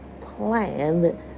plan